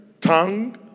tongue